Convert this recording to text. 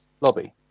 lobby